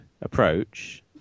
approach